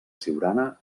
siurana